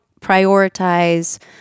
prioritize